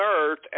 Earth